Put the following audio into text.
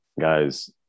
Guys